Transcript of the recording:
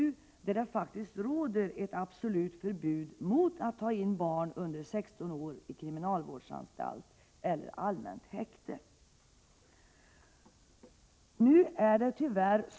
I den paragrafen anges att det faktiskt råder ett absolut förbud mot att ta in barn under 16 år på kriminalvårdsanstalt eller allmänt häkte.